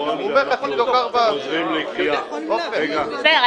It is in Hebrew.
אנחנו חוזרים לקריאת --- בסדר,